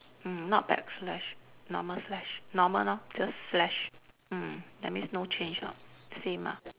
mm not back slash normal slash normal lor just slash mm that means no change ah same ah